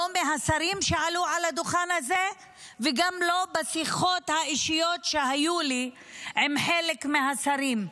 לא מהשרים שעלו על הדוכן וגם לא בשיחות האישיות שהיו לי עם חלק מהשרים.